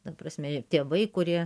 ta prasme tėvai kurie